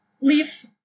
Leaf